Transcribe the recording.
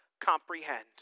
comprehend